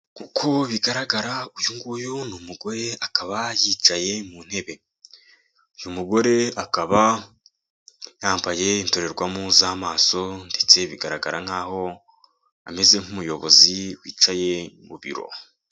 Uko bigaragara uyu nguyu ni mugore akaba yicaye mu ntebe. Uyu mugore akaba yambaye indorerwamo z'amaso ndetse bigaragara nk'aho ameze nk'umuyobozi wicaye mu biro.